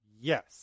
Yes